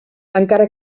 encara